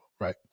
right